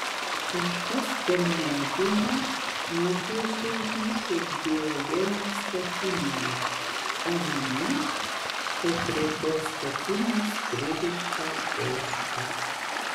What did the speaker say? kažkas per mediumą nupiešė jį kaip diogeną statinėje o mane kaip prie tos statinės pririštą ožką